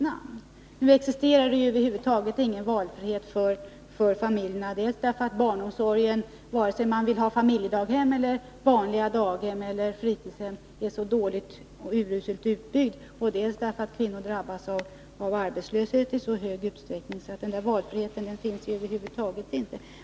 Nu existerar det ju inte någon valfrihet för familjerna — vare sig man vill ha familjedaghem, vanliga daghem eller fritidshem — dels därför att barnomsorgen är uruselt utbyggd, dels därför att kvinnor drabbats av arbetslöshet i så hög grad att den där valfriheten över huvud taget inte finns.